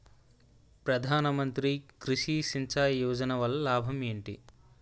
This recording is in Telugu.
ప్రధాన మంత్రి కృషి సించాయి యోజన వల్ల లాభం ఏంటి?